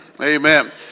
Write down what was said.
amen